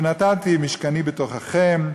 ונתתי משכני בתוככם,